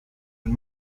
and